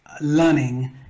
learning